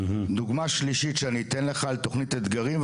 דוגמא שלישית שאני אתן לך על תכנית אתגרים,